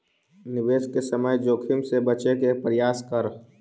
निवेश के समय जोखिम से बचे के प्रयास करऽ